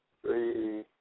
Three